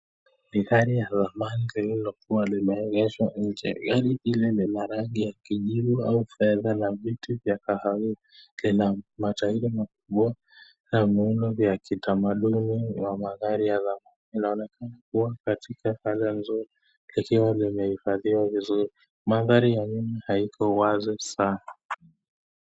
Ni gari la zamani lililokuwa limeegeshwa nje, gari hili ni la rangi ya kujivu au ilivyo na viti vya kahawia kina matairi makubwa na muundo vya kitamaduni wa magari ya zamani inaonekana kuwa katika hali mzuri likiwa limahifadhiwa vizurimandhari ya nje haiko wazi sana.